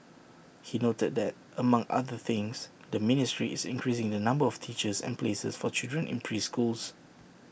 he noted that among other things the ministry is increasing the number of teachers and places for children in preschools